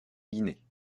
guinée